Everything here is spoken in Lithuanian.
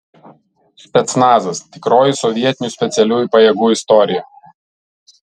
specnazas tikroji sovietinių specialiųjų pajėgų istorija